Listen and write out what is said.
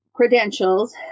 credentials